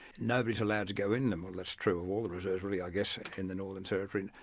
nobody's allowed to go in them well that's true of all the reserves really i guess, in the northern territory.